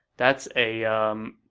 that's a, umm,